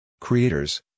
Creators